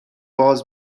باز